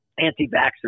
anti-vaxxers